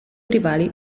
rivali